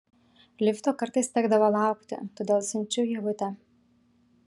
lifto kartais tekdavo laukti todėl siunčiu ievutę